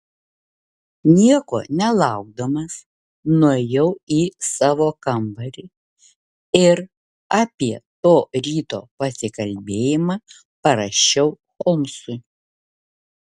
nieko nelaukdamas nuėjau į savo kambarį ir apie to ryto pasikalbėjimą parašiau holmsui